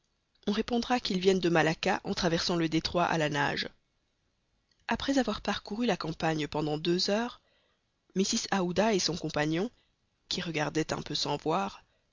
on répondra qu'ils viennent de malacca en traversant le détroit à la nage après avoir parcouru la campagne pendant deux heures mrs aouda et son compagnon qui regardait un peu sans voir